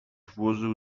włożył